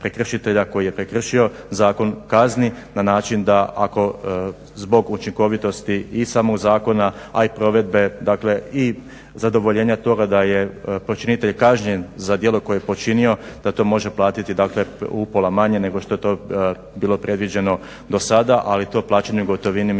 prekršitelja koji je prekršio zakon kazni na način da ako zbog učinkovitosti samog zakona, a i provedbe i zadovoljenja toga da je počinitelj kažnjen za djelo koje je počinio da to može platiti upola manje nego što je to bilo predviđeno do sada. ali to plaćanje u gotovini